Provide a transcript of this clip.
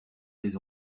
des